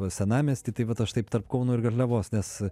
senamiesty tai vat aš taip tarp kauno ir garliavos nes